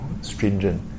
stringent